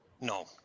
No